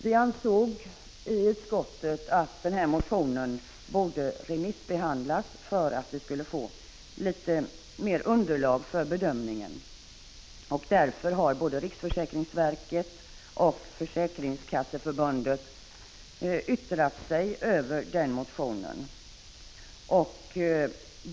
Vi ansåg i utskottet att denna motion borde remissbehandlas för att vi skulle få ett bättre underlag för bedömningen, och därför har både riksförsäkringsverket och försäkringskasseförbundet yttrat sig över motionen.